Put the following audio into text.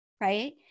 right